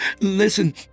listen